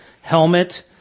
helmet